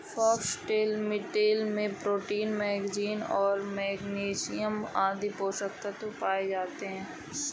foxtail millet में protein, manganese, magnesium आदि पोषक तत्व पाए जाते है